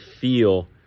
feel